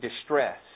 distress